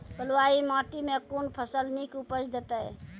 बलूआही माटि मे कून फसल नीक उपज देतै?